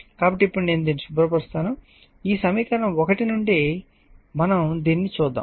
కాబట్టి ఇప్పుడు నేను దానిని శుభ్ర పరుస్తాను ఈ సమీకరణం 1 నుండి ఈ సమీకరణం 1 నుండి మనం దీనిని చూద్దాం